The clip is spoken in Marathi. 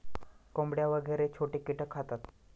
कोंबड्या वगैरे छोटे कीटक खातात